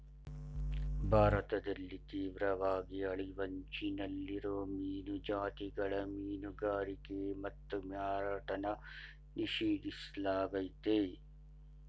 ಭಾರತದಲ್ಲಿ ತೀವ್ರವಾಗಿ ಅಳಿವಿನಂಚಲ್ಲಿರೋ ಮೀನು ಜಾತಿಗಳ ಮೀನುಗಾರಿಕೆ ಮತ್ತು ಮಾರಾಟನ ನಿಷೇಧಿಸ್ಲಾಗಯ್ತೆ